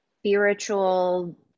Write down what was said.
spiritual